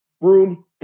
room